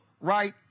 right